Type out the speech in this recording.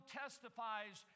testifies